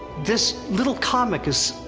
this little comic is.